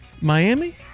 Miami